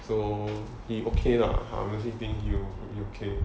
so he okay lah honestly think he would be okay